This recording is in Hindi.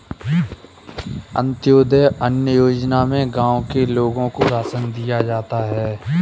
अंत्योदय अन्न योजना में गांव के लोगों को राशन दिया जाता है